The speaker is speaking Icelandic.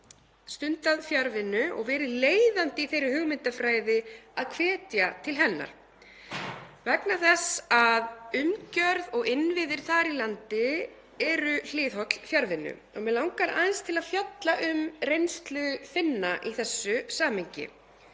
stundað fjarvinnu og verið leiðandi í þeirri hugmyndafræði að hvetja til hennar vegna þess að umgjörð og innviðir þar í landi eru hliðholl fjarvinnu. Mig langar aðeins að fjalla um reynslu Finna í þessu samhengi